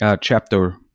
chapter